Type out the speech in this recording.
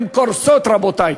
הן קורסות, רבותי.